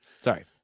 Sorry